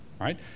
right